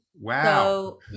wow